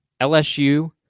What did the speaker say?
LSU